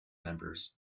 members